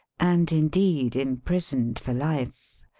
and indeed im prisoned for life.